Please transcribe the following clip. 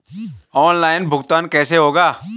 Online भुगतान कैसे होगा?